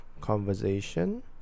Conversation